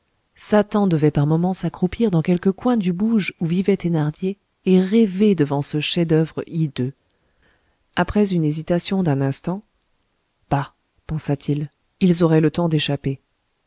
satan devait par moments s'accroupir dans quelque coin du bouge où vivait thénardier et rêver devant ce chef-d'oeuvre hideux après une hésitation d'un instant bah pensa-t-il ils auraient le temps d'échapper